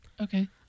Okay